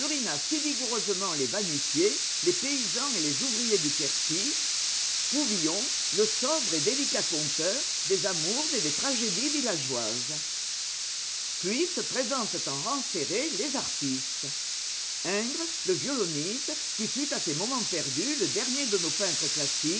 vigoureusement les va-nu-pieds les paysans et les ouvriers du quercy pouvillon le sobre et délicat conteur des amours et des tragédies villageoises puis se présentent en rangs serrés les artistes ingres le violoniste qui fut à ses moments perdus le dernier de nos peintres classiques